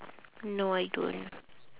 no I don't